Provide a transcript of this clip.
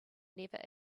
never